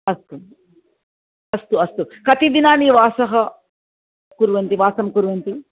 अस्तु अस्तु अस्तु कति दिनानि वासः कुर्वन्ति वासं कुर्वन्ति